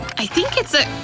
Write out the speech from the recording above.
i think it's a!